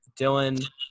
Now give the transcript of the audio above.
Dylan